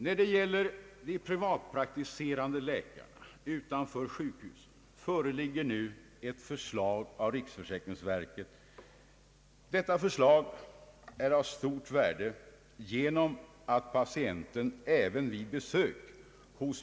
När det gäller de privatpraktiserande läkarna utanför sjukhusen föreligger nu ett förslag från riksförsäkringsverket. Detta förslag är av stort värde genom att patienten även vid besök hos